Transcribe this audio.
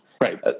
right